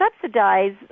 subsidize